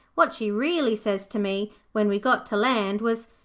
what she really sez to me when we got to land was,